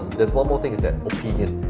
there's one more thing is that, opinion.